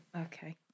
Okay